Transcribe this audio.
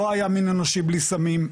לא היה מין אנושי בלי סמים,